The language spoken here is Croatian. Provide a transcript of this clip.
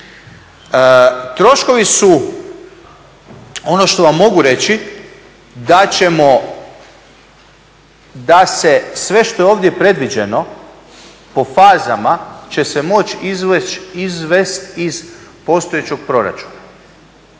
troškovi su ono što vam mogu reći da ćemo da se sve što je ovdje predviđeno po fazama će se moći izvesti iz postojećeg proračuna.